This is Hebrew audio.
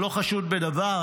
שלא חשוד בדבר,